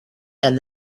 and